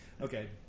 Okay